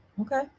Okay